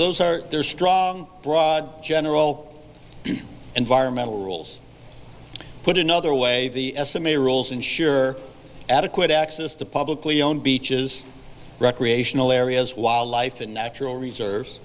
those are their strong broad general environmental rules put another way the s m a rules ensure adequate access to publicly owned beaches recreational areas wildlife and natural reserves